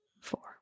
four